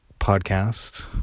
podcast